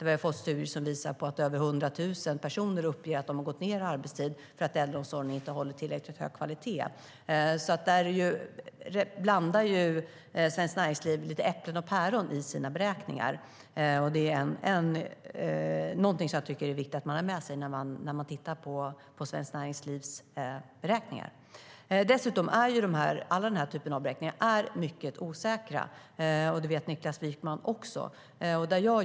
Vi har fått studier som visar att över 100 000 personer uppger att de har gått ned i arbetstid för att äldreomsorgen inte har hållit tillräckligt hög kvalitet. Dessutom är den här typen av beräkningar mycket osäkra. Det vet Niklas Wykman också.